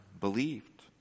believed